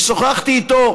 ושוחחתי איתו